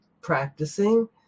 practicing